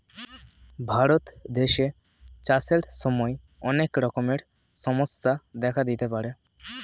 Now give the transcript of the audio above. ভারত দেশে চাষের সময় অনেক রকমের সমস্যা দেখা দিতে পারে